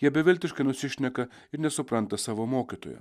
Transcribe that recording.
jie beviltiškai nusišneka ir nesupranta savo mokytojo